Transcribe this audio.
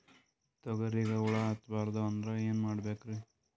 ತೊಗರಿಗ ಹುಳ ಹತ್ತಬಾರದು ಅಂದ್ರ ಏನ್ ಮಾಡಬೇಕ್ರಿ?